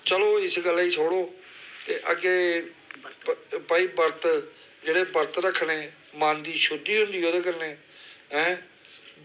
चलो इस गल्लै गी छोड़ो अग्गें भई बरत जेह्ड़े बरत रक्खने मन दी शुद्धि होंदी एह्दे कन्नै ऐं